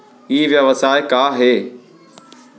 ई व्यवसाय का हे?